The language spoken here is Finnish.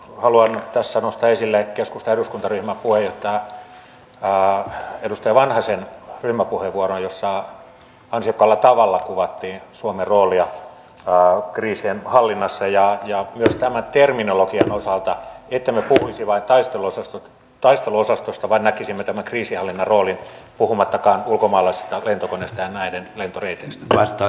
haluan tässä nostaa esille keskustan eduskuntaryhmän puheenjohtaja edustaja vanhasen ryhmäpuheenvuoron jossa ansiokkaalla tavalla kuvattiin suomen roolia kriisien hallinnassa ja myös terminologian osalta että emme puhuisi vain taisteluosastoista vaan näkisimme tämän kriisinhallinnan roolin puhumattakaan ulkomaalaisista lentokoneista ja niiden lentoreiteistä